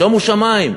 שומו שמים.